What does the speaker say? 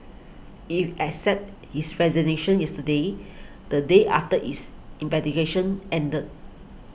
it accepted his resignation yesterday the day after its investigation ended